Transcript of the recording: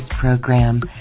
program